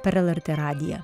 per lrt radiją